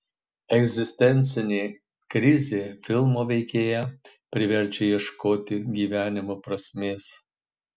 egzistencinė krizė filmo veikėją priverčia ieškoti gyvenimo prasmės